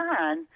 on